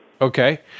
Okay